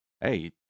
Hey